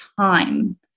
time